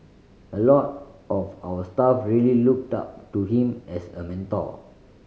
a lot of our staff really looked up to him as a mentor